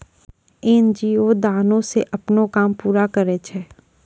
NGO दानो से अपनो काम पूरा करै छै